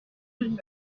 joli